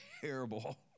terrible